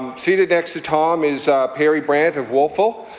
seated next to tom is perry brandt of wolfville.